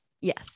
Yes